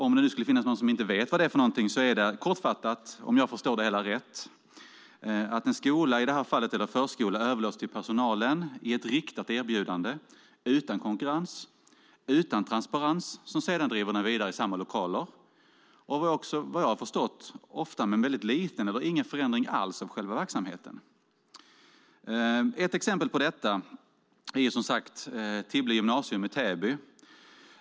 Om det nu skulle finnas någon som inte vet vad det är innebär det kortfattat, om jag förstår det hela rätt, att en skola eller förskola överlåts till personalen i ett riktat erbjudande, utan konkurrens och utan transparens, som sedan driver den vidare i samma lokaler. Vad jag har förstått sker det ofta med liten eller ingen förändring alls av själva verksamheten. Ett exempel på detta är Tibble gymnasium i Täby.